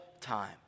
time